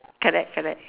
correct correct